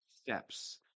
steps